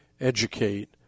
educate